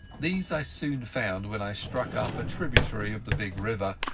these i soon found when i struck up a tributary of the big river,